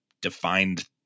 defined